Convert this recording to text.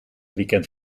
weekend